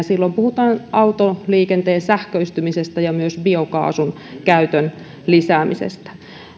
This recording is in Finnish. silloin puhutaan autoliikenteen sähköistymisestä ja myös biokaasun käytön lisäämisestä